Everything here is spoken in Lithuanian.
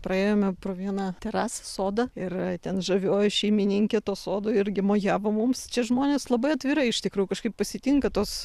praėjome pro vieną terasą sodą ir ten žavioji šeimininkė to sodo irgi mojavo mums čia žmonės labai atvirai iš tikrųjų kažkaip pasitinka tuos